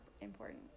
important